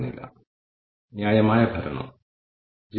അവർക്ക് എത്രത്തോളം അറിയാം അവരുടെ വിദ്യാഭ്യാസം എത്രയാണ് തുടങ്ങിയവ